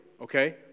okay